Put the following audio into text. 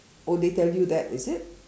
oh they tell you that is it